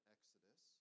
Exodus